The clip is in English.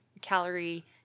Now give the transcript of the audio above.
calorie